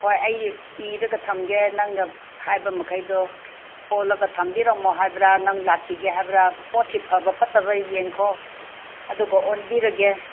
ꯍꯣꯏ ꯑꯩ ꯏꯔꯒ ꯊꯝꯒꯦ ꯅꯪꯅ ꯍꯥꯏꯕ ꯃꯈꯩꯗꯣ ꯑꯣꯜꯂꯒ ꯊꯝꯕꯤꯔꯝꯃꯣ ꯍꯥꯏꯕ꯭ꯔꯥ ꯅꯪ ꯂꯥꯛꯈꯤꯒꯦ ꯍꯥꯏꯕ꯭ꯔꯥ ꯄꯣꯠꯀꯤ ꯐꯕ ꯐꯠꯇꯕ ꯌꯦꯡꯈꯣ ꯑꯗꯨꯒ ꯑꯣꯟꯕꯤꯔꯒꯦ